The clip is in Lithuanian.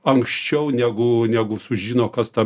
anksčiau negu negu sužino kas ta